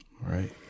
Right